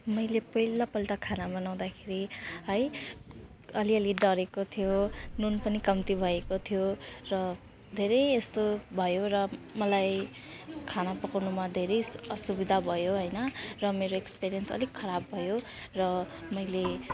मैले पहिलोपल्ट खाना बनाउँदाखेरि है अलिअलि डडेको थियो नुन पनि कम्ती भएको थियो र धेरै यस्तो भयो र मलाई खाना पकाउनुमा धेरै असुविधा भयो होइन र मेरो एक्सपेरिएन्स अलिक खराब भयो र मैले